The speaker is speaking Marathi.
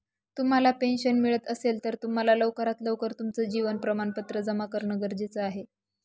तुम्हाला पेन्शन मिळत असेल, तर तुम्हाला लवकरात लवकर तुमचं जीवन प्रमाणपत्र जमा करणं गरजेचे आहे